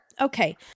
Okay